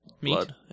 blood